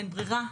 אין ברירה,